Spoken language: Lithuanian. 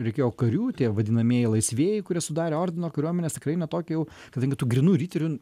reikėjo karių tie vadinamieji laisvieji kurie sudarė ordino kariuomenės tikrai ne tokį jau kadangi tų grynų riterių